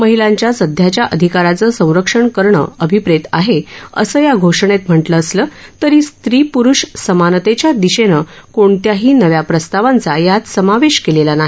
महिलांच्या सध्याच्या अधिकाराचं संरक्षण करणं अभिप्रेत आहे असं या घोषणेत म्हटलं असलं तरी स्त्री प्रुष समानतेच्या दिशेनं कोणत्याही नव्या प्रस्तावांचा यात समावेश केलेला नाही